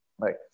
Right